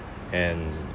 and